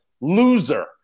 loser